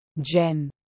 Jen